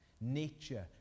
nature